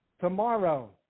tomorrow